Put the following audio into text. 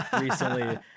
recently